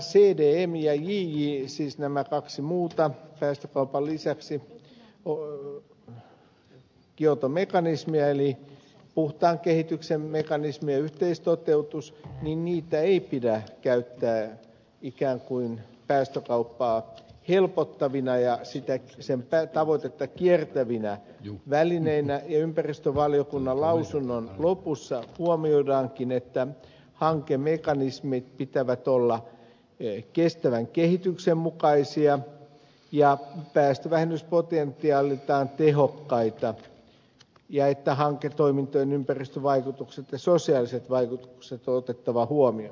cdmää ja jitä siis näitä kahta muuta päästökaupan lisäksi kioto mekanismia eli puhtaan kehityksen mekanismia ja yhteistoteutusta ei pidä käyttää ikään kuin päästökauppaa helpottavina ja sen tavoitetta kiertävinä välineinä ja ympäristövaliokunnan lausunnon lopussa huomioidaankin että hankemekanismien pitää olla kestävän kehityksen mukaisia ja päästövähennyspotentiaaliltaan tehokkaita ja että hanketoimintojen ympäristövaikutukset ja sosiaaliset vaikutukset on otettava huomioon